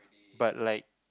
but like